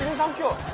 thank you.